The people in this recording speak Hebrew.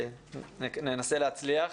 ננסה להצליח.